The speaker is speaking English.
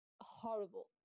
horrible